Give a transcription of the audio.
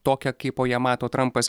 tokią kaipo ją mato trampas